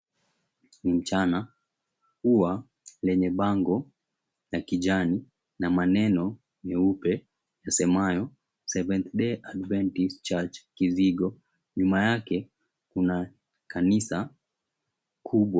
Ni mchana uwa, lenye bango la kijani na maneno meupe yasemayo, Seventh Day Adventist Church Kizingo. Nyuma yake kuna kanisa kubwa.